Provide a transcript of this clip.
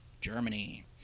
Germany